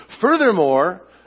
Furthermore